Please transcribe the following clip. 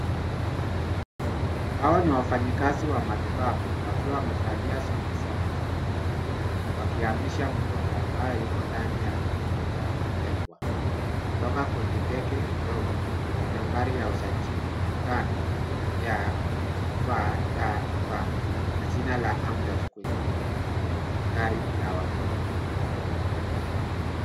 Hawa ni wafanyikazi wa matibabu wakiwa wamevalia suti za kujikinga. Wakihamisha mgonjwa ambaye yuko ndani ya kitengo cha kutegwa. Kutoka kwenye ndege ndogo enye nambari ya usajili 5Y- FDP na jina la ambref kwenye gari la wagonjwa.